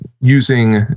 using